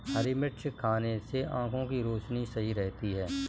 हरी मिर्च खाने से आँखों की रोशनी सही रहती है